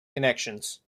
connections